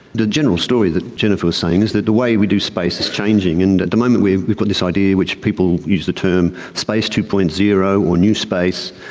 the general story that jennifer was saying is that the way we do space is changing, and at the moment we've we've got this idea which people use the term space two. zero or new space,